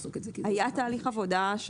היה תהליך עבודה.